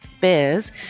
biz